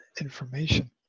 information